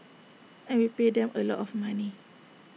and we pay them A lot of money